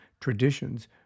traditions